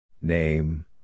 Name